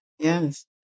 Yes